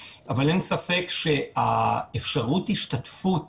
אבל אין ספק שאפשרות ההשתתפות